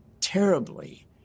terribly